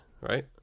right